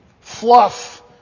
fluff